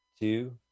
two